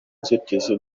nzitizi